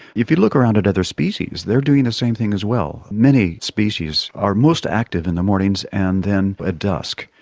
if you look around at other species they're doing the same thing as well. many species are most active in the mornings and then at dusk.